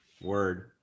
Word